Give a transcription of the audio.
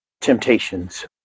temptations